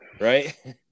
right